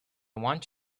want